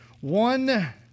One